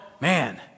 man